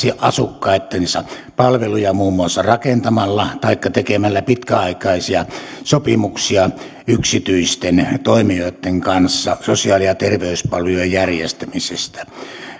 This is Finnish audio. asukkaittensa palveluja muun muassa rakentamalla taikka tekemällä pitkäaikaisia sopimuksia yksityisten toimijoitten kanssa sosiaali ja terveyspalvelujen järjestämisestä